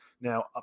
Now